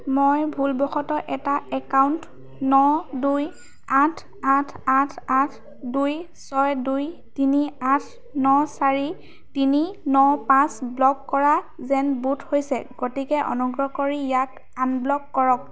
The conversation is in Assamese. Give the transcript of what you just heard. মই ভুলবশতঃ এটা একাউণ্ট ন দুই আঠ আঠ আঠ আঠ দুই ছয় দুই তিনি আঠ ন চাৰি তিনি ন পাঁচ ব্লক কৰা যেন বোধ হৈছে গতিকে অনুগ্ৰহ কৰি ইয়াক আনব্লক কৰক